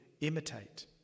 imitate